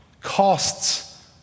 costs